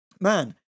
man